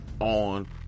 on